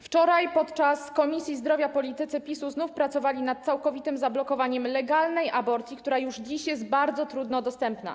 Wczoraj na posiedzeniu Komisji Zdrowia politycy PiS-u znów pracowali nad całkowitym zablokowaniem legalnej aborcji, która już dziś jest bardzo trudno dostępna.